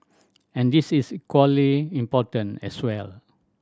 and this is equally important as well